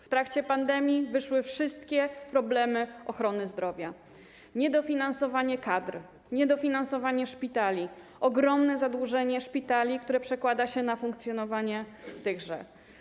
W trakcie pandemii wyszły wszystkie problemy ochrony zdrowia - niedofinansowanie kadr, niedofinansowanie szpitali, ogromne zadłużenie szpitali, które przekłada się na funkcjonowanie tychże.